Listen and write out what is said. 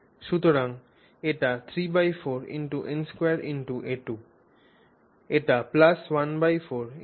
সুতরাং এটি 34 n2a2 এটি 14 n2a2